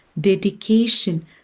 dedication